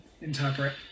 interpret